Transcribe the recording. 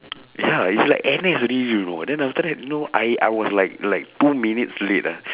ya it's like N_S already you know then after that you know I I was like like two minutes late ah